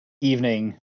evening